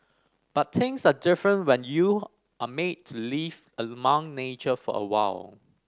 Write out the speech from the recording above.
but things are different when you're made to live among nature for awhile